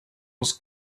was